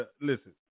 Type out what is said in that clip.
listen